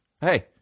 Hey